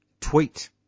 tweet